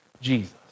Jesus